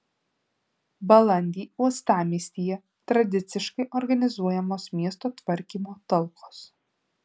balandį uostamiestyje tradiciškai organizuojamos miesto tvarkymo talkos